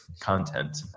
content